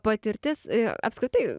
patirtis a apskritai